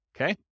Okay